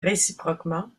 réciproquement